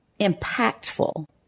impactful